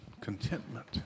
Contentment